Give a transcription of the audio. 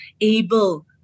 able